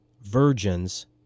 virgins